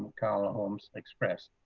kind of holmes expressed.